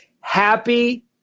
happy